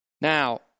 Now